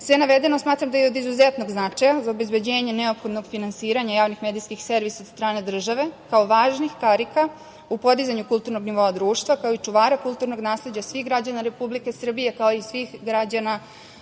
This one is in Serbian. navedeno smatram da je od izuzetnog značaja za obezbeđenje neophodnog finansiranja javnih medijskih servisa od strane države, kao važnih karika u podizanju kulturnog nivoa društva, kao i čuvara kulturnog nasleđa svih građana Republike Srbije, kao i svih građana,